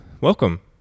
Welcome